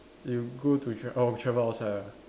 you go to tr~ orh travel outside ah